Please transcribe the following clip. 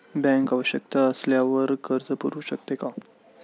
Bank आवश्यकता असल्यावर कर्ज पुरवू शकते का?